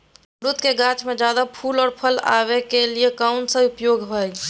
अमरूद के गाछ में ज्यादा फुल और फल आबे के लिए कौन उपाय है?